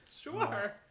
Sure